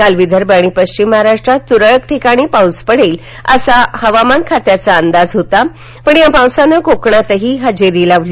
काल विदर्भ आणि पश्विम महाराष्ट्रात तुरळक ठिकाणी पाऊस पडेल असा हवामान खात्याचा अंदाज होता या पावसानं कोकणातही काही ठिकाणी हजेरी लावली